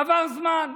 עבר זמן,